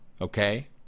okay